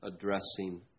addressing